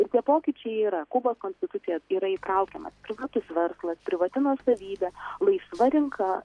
ir tie pokyčiai yra kubos konstituciją yra įtraukiamas privatus verslas privati nuosavybė laisva rinka